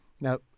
Now